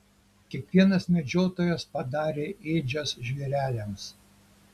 kiekvienas medžiotojas padarė ėdžias žvėreliams